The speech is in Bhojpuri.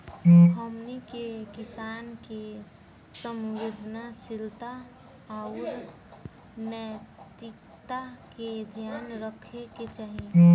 हमनी के किसान के संवेदनशीलता आउर नैतिकता के ध्यान रखे के चाही